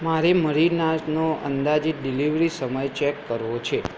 મારે મરીનાડ્સનો અંદાજીત ડિલિવરી સમય ચેક કરવો છે